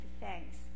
thanks